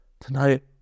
tonight